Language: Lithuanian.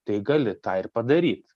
tai gali tą ir padaryt